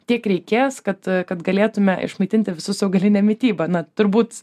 tiek reikės kad kad galėtume išmaitinti visus augaline mityba na turbūt